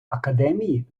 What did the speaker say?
академії